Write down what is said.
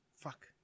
Fuck